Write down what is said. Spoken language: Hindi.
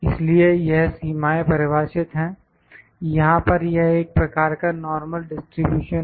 इसलिए यह सीमाएं परिभाषित हैं यहां पर यह एक प्रकार का नॉर्मल डिस्ट्रीब्यूशन है